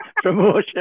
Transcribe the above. promotion